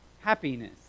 happiness